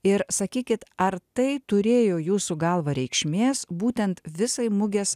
ir sakykit ar tai turėjo jūsų galva reikšmės būtent visai mugės